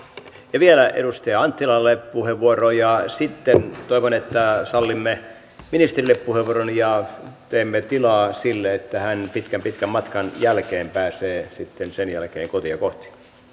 vielä edustaja anttilalle puheenvuoro ja sitten toivon että sallimme ministerille puheenvuoron ja teemme tilaa sille että hän pitkän pitkän matkan jälkeen pääsee sitten sen jälkeen kotia kohti